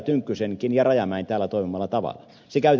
rajamäen täällä toivomalla tavalla